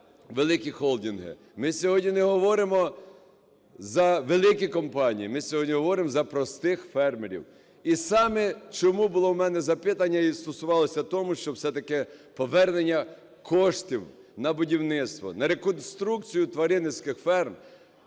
великі холдинги, ми сьогодні не говоримо за великі компанії, ми сьогодні говоримо за простих фермерів. І саме чому було у мене запитання і стосувалося того, що все-таки повернення коштів на будівництво, на реконструкцію тваринницьких ферм